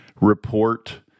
report